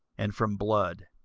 and from blood,